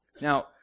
Now